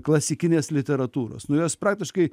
klasikinės literatūros nu jos praktiškai